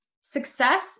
Success